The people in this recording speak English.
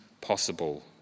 possible